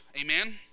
Amen